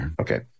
Okay